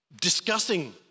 discussing